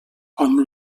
hom